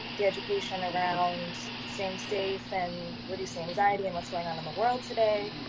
the education around staying safe and reduce anxiety and what's going on in the world today,